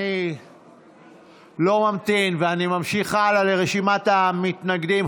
אני לא ממתין ואני ממשיך הלאה לרשימת המתנגדים.